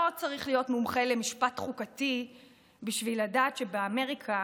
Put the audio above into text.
לא צריך להיות מומחה למשפט חוקתי בשביל לדעת שבאמריקה